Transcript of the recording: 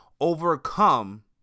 overcome